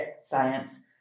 science